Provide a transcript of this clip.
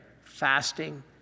fasting